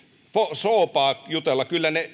soopaa jutella kyllä